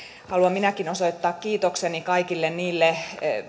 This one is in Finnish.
haluan minäkin osoittaa kiitokseni kaikille niille